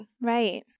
Right